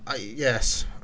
Yes